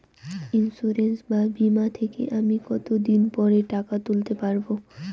Insurance বা বিমা থেকে আমি কত দিন পরে টাকা তুলতে পারব?